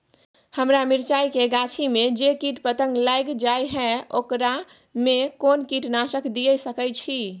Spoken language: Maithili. हमरा मिर्चाय के गाछी में जे कीट पतंग लैग जाय है ओकरा में कोन कीटनासक दिय सकै छी?